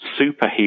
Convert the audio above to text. superhero